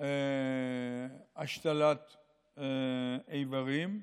בהשתלת איברים,